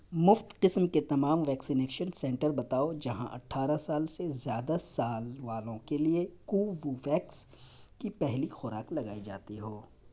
مفت قسم کے تمام ویکسینیشن سنٹر بتاؤ جہاں اٹھارہ سال سے زیادہ سال والوں کے لیے کوووویکس کی پہلی خوراک لگائی جاتی ہو